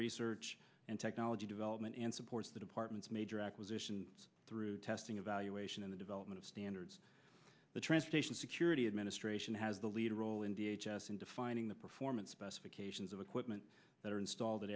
research and technology development and supports the department's major acquisition through testing evaluation in the development of standards the transportation security administration has the lead role in d h s in defining the performance specifications of equipment that are installed at